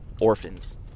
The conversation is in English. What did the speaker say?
orphans